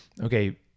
Okay